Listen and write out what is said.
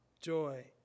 joy